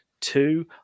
Two